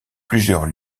plusieurs